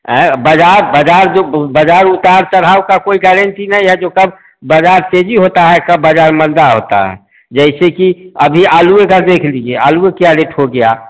है बाज़ार बाज़ार बाज़ार उताड़ चड़ाव का कोई गेरेंटी नहीं है जो कब बाज़ार तेज़ी होता है कब बाज़ार मंदा होता है जैसे की अभी आलू का ही देख लीजिए आलू का क्या रेट हो गया